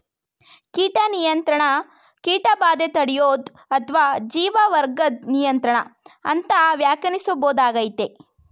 ಕೀಟ ನಿಯಂತ್ರಣ ಕೀಟಬಾಧೆ ತಡ್ಯೋದು ಅತ್ವ ಜೀವವರ್ಗದ್ ನಿಯಂತ್ರಣ ಅಂತ ವ್ಯಾಖ್ಯಾನಿಸ್ಬೋದಾಗಯ್ತೆ